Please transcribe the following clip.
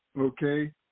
okay